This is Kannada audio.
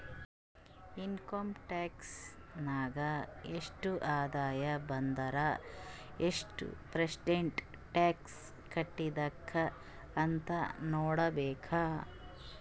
ಇನ್ಕಮ್ ಟ್ಯಾಕ್ಸ್ ನಾಗ್ ಎಷ್ಟ ಆದಾಯ ಬಂದುರ್ ಎಷ್ಟು ಪರ್ಸೆಂಟ್ ಟ್ಯಾಕ್ಸ್ ಕಟ್ಬೇಕ್ ಅಂತ್ ನೊಡ್ಕೋಬೇಕ್